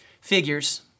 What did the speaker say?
figures